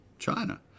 China